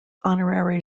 honorary